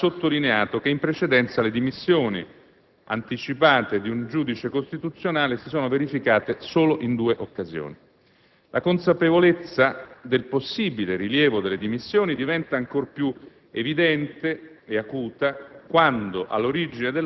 Al riguardo, va sottolineato che, in precedenza, le dimissioni anticipate di un giudice costituzionale si sono verificate solo in due occasioni. La consapevolezza del possibile rilievo delle dimissioni diventa ancor più evidente ed acuta